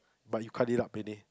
but you cut it up pretty